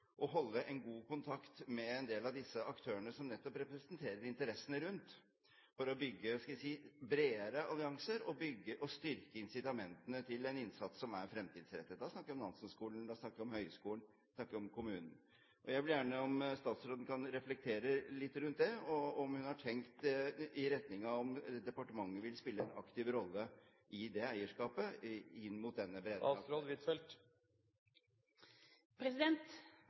holde god kontakt med en del av de aktørene som nettopp representerer interessene rundt dette, for å bygge bredere allianser og styrke incitamentene til en innsats som er fremtidsrettet. Da snakker vi om Nansenskolen, da snakker vi om høyskolen, og da snakker vi om kommunen. Jeg vil gjerne at statsråden reflekterer litt rundt det – om hun har tenkt i retning av om departementet vil spille en aktiv rolle i det eierskapet, inn mot denne